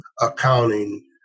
accounting